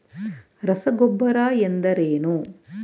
ರಸಗೊಬ್ಬರ ಎಂದರೇನು?